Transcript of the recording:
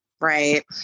Right